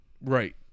Right